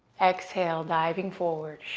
exhale, diving forward.